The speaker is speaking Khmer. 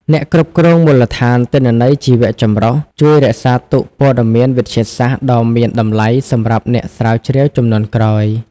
អ្នកគ្រប់គ្រងមូលដ្ឋានទិន្នន័យជីវៈចម្រុះ ជួយរក្សាទុកព័ត៌មានវិទ្យាសាស្ត្រដ៏មានតម្លៃសម្រាប់អ្នកស្រាវជ្រាវជំនាន់ក្រោយ។